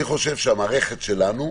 אני חושב שהמערכת שלנו,